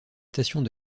stations